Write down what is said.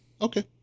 okay